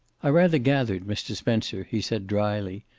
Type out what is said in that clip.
i rather gathered, mr. spencer, he said dryly,